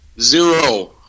Zero